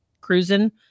Cruising